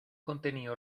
contenido